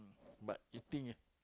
but eating uh